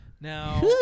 Now